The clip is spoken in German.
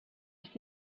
ist